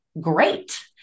great